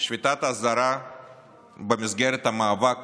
שביתת אזהרה במסגרת המאבק